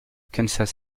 kansas